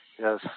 Yes